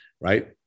right